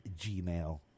Gmail